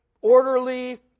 orderly